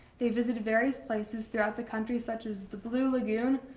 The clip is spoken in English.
they visited various places throughout the country, such as the blue lagoon,